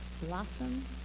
blossom